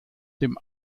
dem